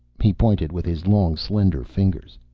he pointed with his long, slender fingers.